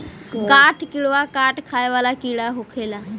काठ किड़वा काठ खाए वाला कीड़ा होखेले